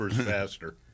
faster